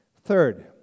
Third